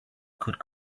could